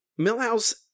millhouse